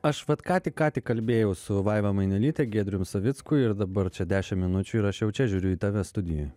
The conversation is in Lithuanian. aš vat ką tik ką tik kalbėjau su vaiva mainelyte giedrium savicku ir dabar čia dešimt minučių ir aš jau čia žiūriu į tave studijoj